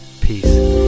Peace